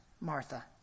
Martha